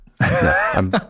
no